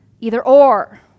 either-or